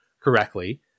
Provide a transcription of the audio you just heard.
correctly